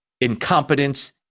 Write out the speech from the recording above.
Incompetence